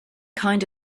kind